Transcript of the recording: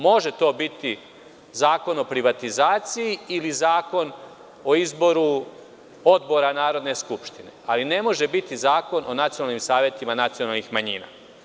Može to biti Zakon o privatizaciji ili Zakon o izboru odbora Narodne skupštine, ali ne može biti Zakon o nacionalnim savetima nacionalnih manjina.